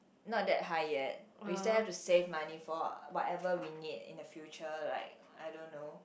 not that high yet we still have to save money for whatever we need in the future like I don't know